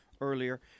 earlier